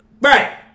Right